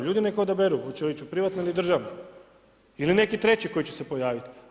Ljudi neka odaberu hoće li ići u privatno ili državno ili neki treći koji će se pojaviti.